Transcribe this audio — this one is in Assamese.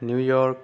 নিউয়ৰ্ক